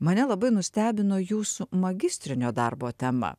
mane labai nustebino jūsų magistrinio darbo tema